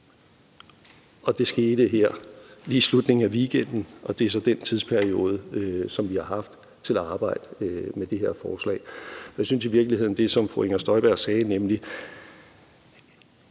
Det skete lige her i slutningen af weekenden og deraf den tidsperiode, som vi har haft til at arbejde med det her forslag. Jeg synes i virkeligheden, at det er rigtigt, hvad fru Inger Støjberg sagde, nemlig